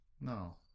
No